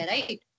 Right